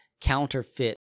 counterfeit